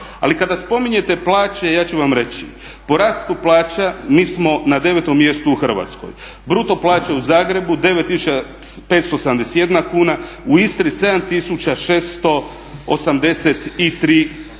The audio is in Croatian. Ali kada spominjete plaće ja ću vam reći. Po rastu plaća mi smo na 9 mjestu u Hrvatskoj. Bruto plaće u Zagrebu 9 571 kuna, u Istri 7683 kune.